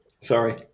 Sorry